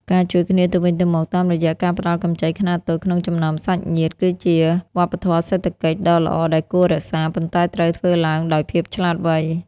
ការជួយគ្នាទៅវិញទៅមកតាមរយៈការផ្ដល់កម្ចីខ្នាតតូចក្នុងចំណោមសាច់ញាតិ គឺជា "វប្បធម៌សេដ្ឋកិច្ច" ដ៏ល្អដែលគួររក្សា ប៉ុន្តែត្រូវធ្វើឡើងដោយភាពឆ្លាតវៃ។